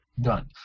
Done